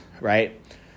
right